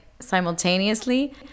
simultaneously